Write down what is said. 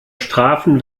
strafen